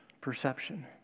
perception